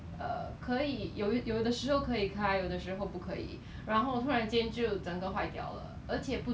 then because of this right I have to keep driving him to the construction site then you don't have my own personal time so it's very